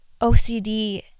OCD